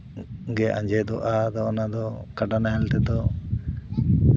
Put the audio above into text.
ᱜᱮ ᱟᱸᱡᱮᱫᱚᱜᱼᱟ ᱟᱫᱚ ᱚᱱᱟᱫᱚ ᱠᱟᱰᱟ ᱱᱟᱦᱮᱞ ᱛᱮᱫᱚ